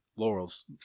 Laurels